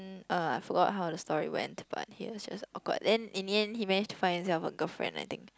uh I forgot how the story went but he was just awkward then in the end he managed to find himself a girlfriend I think